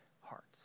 hearts